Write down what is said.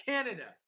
Canada